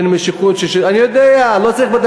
אין המשכיות, 530. אני יודע, לא צריך.